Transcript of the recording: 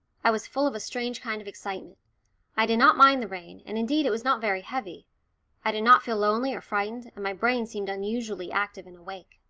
i was full of a strange kind of excitement i did not mind the rain, and indeed it was not very heavy i did not feel lonely or frightened, and my brain seemed unusually active and awake.